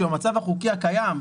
שבמצב החוקי הקיים,